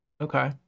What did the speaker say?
Okay